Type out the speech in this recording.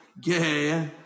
gay